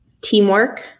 teamwork